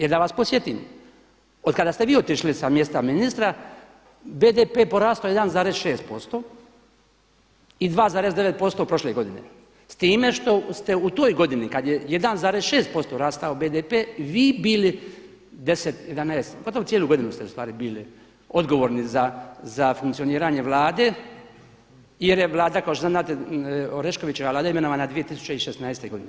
Jer da vas podsjetim, od kada ste vi otišli sa mjesta ministra BDP-e je porastao 1,6% i 2,9% prošle godine s time što ste u toj godini kada je 1,6% rastao BDP-e vi bili 10, 11, gotovo cijelu godinu ste ustvari bili odgovorni za funkcioniranje Vlade jer je Vlada kao što znate Oreškovićeva Vlada imenovana 2016. godine.